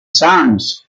times